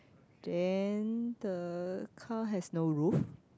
then the car has no roof